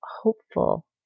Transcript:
hopeful